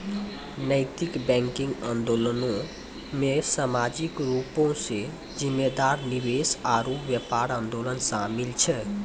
नैतिक बैंकिंग आंदोलनो मे समाजिक रूपो से जिम्मेदार निवेश आरु व्यापार आंदोलन शामिल छै